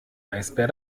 eisbär